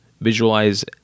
Visualize